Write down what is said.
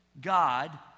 God